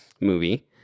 movie